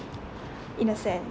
in a sense